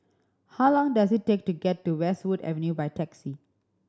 how long does it take to get to Westwood Avenue by taxi